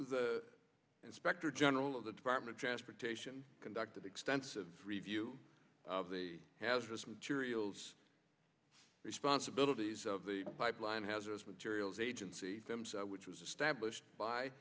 the inspector general of the department of transportation conducted extensive review of the hazardous materials responsibilities of the pipeline hazardous materials agency which was established by